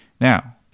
Now